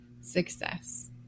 success